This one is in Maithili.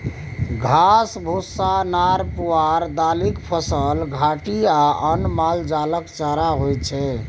घास, भुस्सा, नार पुआर, दालिक फसल, घाठि आ अन्न मालजालक चारा होइ छै